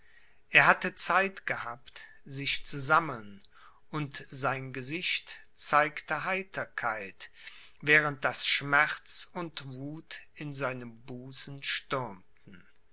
er hatte zeit gehabt sich zu sammeln und sein gesicht zeigte heiterkeit während daß schmerz und wuth in seinem busen stürmten